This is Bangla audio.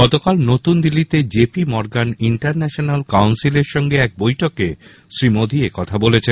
গতকাল নতুন দিল্লিতে J P Morgan international council এর সঙ্গে এক বৈঠকে শ্রী মোদী একথা বলেছেন